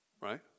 right